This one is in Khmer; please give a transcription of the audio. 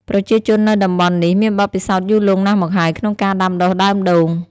ប្រជាជននៅតំបន់នេះ មានបទពិសោធន៍យូរលង់ណាស់មកហើយក្នុងការដាំដុះដើមដូង។